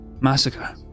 Massacre